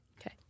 Okay